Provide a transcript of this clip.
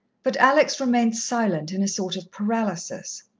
but alex remained silent, in a sort of paralysis.